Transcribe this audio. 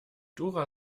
dora